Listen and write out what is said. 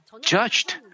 judged